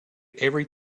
every